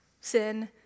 Sin